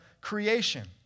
creation